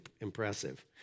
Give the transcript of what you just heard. impressive